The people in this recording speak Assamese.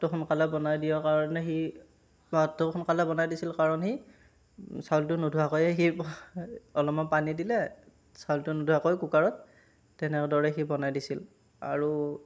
ভাতটো সোনকালে বনাই দিয়া কাৰণে সি ভাতটো সোনকালে বনাই দিছিল কাৰণ সি চাউলটো নোধোৱাকৈয়ে সি অলপমান পানী দিলে চাউলটো নোধোৱাকৈ কুকাৰত তেনেদৰে সি বনাই দিছিল আৰু